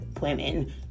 women